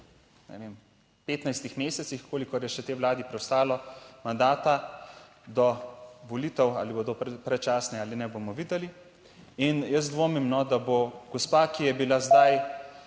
ne vem, 15 mesecih, kolikor je še tej Vladi preostalo mandata do volitev, ali bodo predčasne ali ne, bomo videli in jaz dvomim, no, da bo gospa, ki je bila zdaj